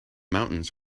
mountains